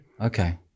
Okay